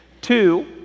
two